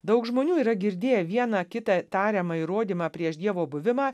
daug žmonių yra girdėję vieną kitą tariamą įrodymą prieš dievo buvimą